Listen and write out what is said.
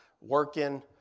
working